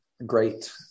Great